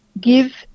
give